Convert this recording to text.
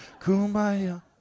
Kumbaya